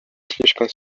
слишком